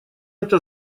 это